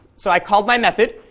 so i called my method,